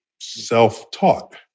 self-taught